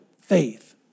faith